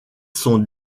sont